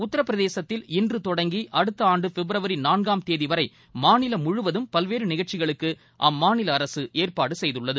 உத்திரபிரதேசத்தில் இன்று தொடங்கி அடுத்த ஆண்டு பிப்ரவரி நான்காம் தேதி வரை மாநிலம் முழுவதும் பல்வேறு நிகழ்ச்சிகளுக்கு அம்மாநில அரசு ஏற்பாடு செய்துள்ளது